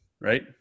right